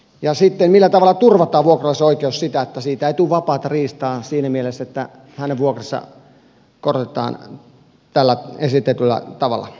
ja millä tavalla sitten turvataan vuokralaisen oikeus siinä että siitä ei tule vapaata riistaa siinä mielessä että hänen vuokraansa korotetaan tällä esitetyllä tavalla